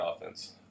offense